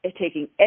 taking